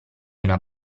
una